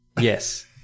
Yes